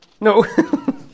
No